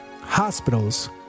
hospitals